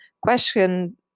question